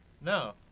No